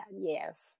yes